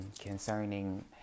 concerning